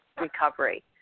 recovery